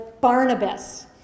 Barnabas